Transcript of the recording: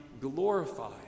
glorified